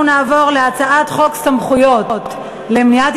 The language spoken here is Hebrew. אנחנו נעבור להצעת חוק סמכויות למניעת